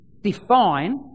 define